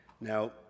Now